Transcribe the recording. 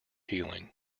healing